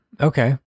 okay